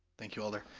thank you alder.